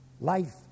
Life